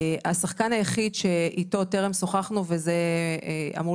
השחקן היחיד שאיתו טרם שוחחנו וזה אמור